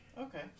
Okay